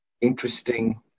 interesting